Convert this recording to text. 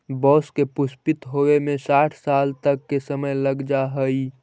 बाँस के पुष्पित होवे में साठ साल तक के समय लग जा हइ